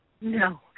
No